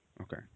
Okay